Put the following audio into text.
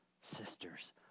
Sisters